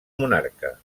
monarca